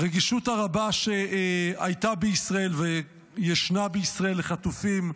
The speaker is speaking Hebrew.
הרגישות הרבה שהייתה בישראל וישנה בישראל לחטופים,